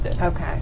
Okay